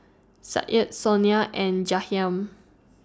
Sadye Sonia and Jahiem